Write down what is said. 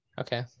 okay